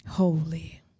Holy